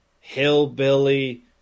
hillbilly